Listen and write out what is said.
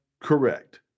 Correct